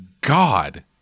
God